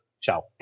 ciao